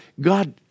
God